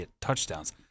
touchdowns